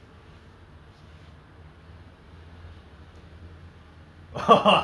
eh tamil tamil படத்துல எப்படி யாரு:padathula eppadi yaaru superhero ஆவலாம்:aavalaam